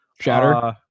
Shatter